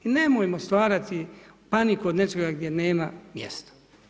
Nemojmo stvarati paniku od nečega gdje nema mjesta.